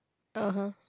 (uh huh)